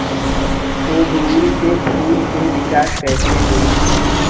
ओड़ुउल के फूल के विकास कैसे होई?